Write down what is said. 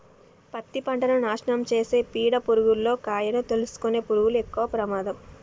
పత్తి పంటను నాశనం చేసే పీడ పురుగుల్లో కాయను తోలుసుకునే పురుగులు ఎక్కవ ప్రమాదం